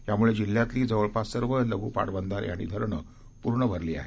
यामुळे जिल्ह्यातली जवळपास सर्व लघु पाट बंधारे आणि धरणं पूर्ण भरले आहेत